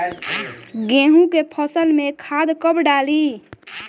गेहूं के फसल में खाद कब डाली?